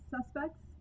suspects